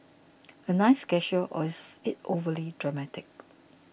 a nice gesture or is it overly dramatic